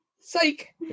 Psych